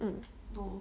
um